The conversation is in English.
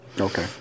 Okay